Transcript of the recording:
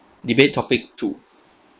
debate topic two